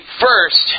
first